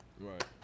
Right